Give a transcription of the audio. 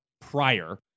prior